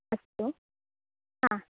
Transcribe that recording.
अस्तु हा